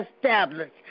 established